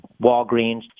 Walgreens